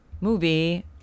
movie